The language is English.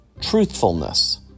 truthfulness